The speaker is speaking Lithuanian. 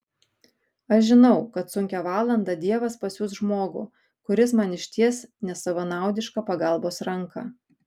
aš žinau kad sunkią valandą dievas pasiųs žmogų kuris man išties nesavanaudišką pagalbos ranką